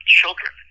children